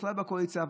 בכלל בקואליציה,